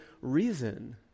reason